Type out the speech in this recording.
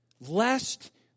lest